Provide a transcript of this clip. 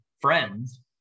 friends